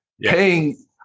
paying